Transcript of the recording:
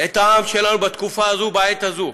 את העם שלנו, בתקופה הזו, בעת הזו,